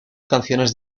canciones